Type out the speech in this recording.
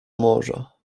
morza